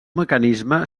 mecanisme